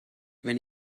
wenn